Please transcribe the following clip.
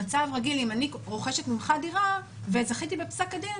במצב רגיל אם אני רוכשת ממך דירה וזכיתי בפסק הדין,